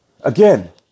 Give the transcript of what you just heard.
Again